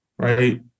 right